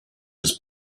his